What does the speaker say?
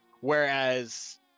Whereas